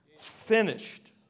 finished